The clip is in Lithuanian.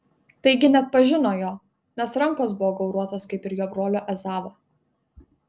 taigi neatpažino jo nes rankos buvo gauruotos kaip ir jo brolio ezavo